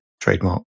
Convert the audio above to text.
trademark